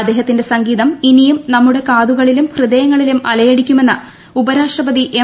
അദ്ദേഹത്തിന്റെ സംഗീതം ഇനിയും നമ്മുടെ കാതുകളിലും ഹൃദയങ്ങളിലും അലയടിക്കുമെന്ന് ഉപരാഷ്ട്രപതി എം